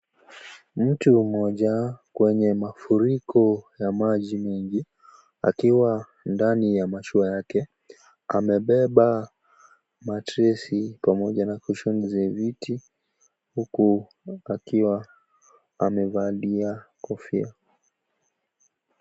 Mtu mmoja mwenye mafuriko ya maji mengi akiwa ndani ya mashua yake amebeba,(CS)matresi(CS) pamoja na (CS)cushions(CS) za viti huku akiwa amevalia kofia.